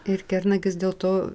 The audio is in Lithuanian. ir kernagis dėl to